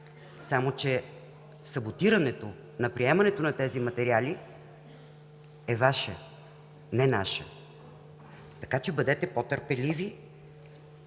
но саботирането на приемането на тези материали е Ваше, не наше. Така че бъдете по-търпеливи